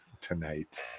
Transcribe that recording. tonight